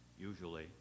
usually